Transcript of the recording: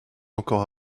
encore